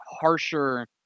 harsher